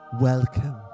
Welcome